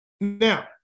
Now